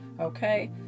Okay